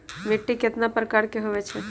मिट्टी कतना प्रकार के होवैछे?